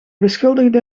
beschuldigde